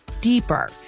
deeper